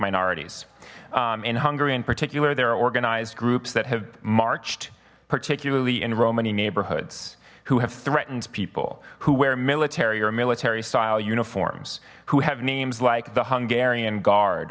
minorities in hungary in particular there are organized groups that have marched particularly in romani neighborhoods who have threatened people who wear military or military style uniforms who have names like the hungarian guard